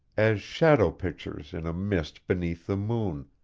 as shadow pictures in a mist beneath the moon,